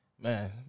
man